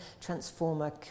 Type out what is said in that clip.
transformer